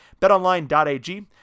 BetOnline.ag